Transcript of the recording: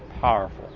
powerful